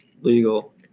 legal